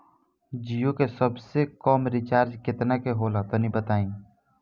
जीओ के सबसे कम रिचार्ज केतना के होला तनि बताई?